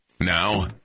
Now